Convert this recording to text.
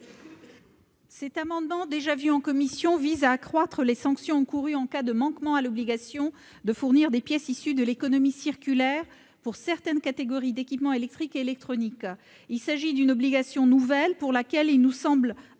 Cet amendement, déjà examiné en commission, vise à accroître les sanctions encourues en cas de manquement à l'obligation de fournir des pièces issues de l'économie circulaire pour certaines catégories d'équipements électriques et électroniques. Il s'agit d'une obligation nouvelle, pour laquelle il nous semble adapté